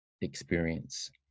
experience